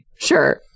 Sure